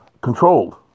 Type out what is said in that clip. controlled